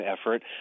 effort